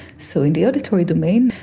so the the auditory domain,